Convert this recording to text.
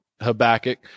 Habakkuk